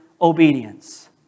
obedience